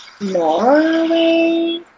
Norway